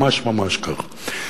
ממש ממש כך.